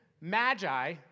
Magi